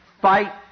fight